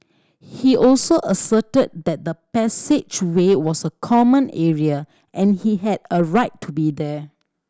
he also asserted that the passageway was a common area and he had a right to be there